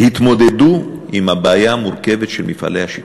התמודדו עם הבעיה המורכבת של מפעלי השיקום.